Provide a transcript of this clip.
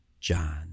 John